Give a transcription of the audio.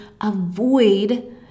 avoid